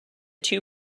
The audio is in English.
two